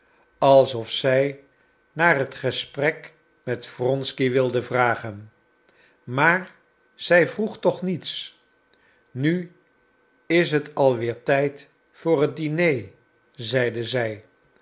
alsof zij naar het gesprek met wronsky wilde vragen maar zij vroeg toch niets nu is het al weer tijd voor het diner zeide zij